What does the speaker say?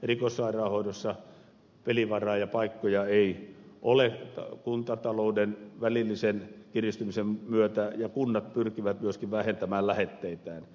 erikoissairaanhoidossa pelivaraa ja paikkoja ei ole kuntatalouden välillisen kiristymisen myötä ja kunnat pyrkivät myöskin vähentämään lähetteitään